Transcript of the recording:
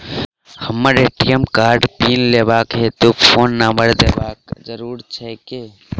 हमरा ए.टी.एम कार्डक पिन लेबाक हेतु फोन नम्बर देबाक जरूरी छै की?